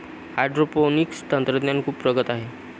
hydroponics तंत्रज्ञान खूप प्रगत आहे